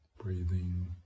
breathing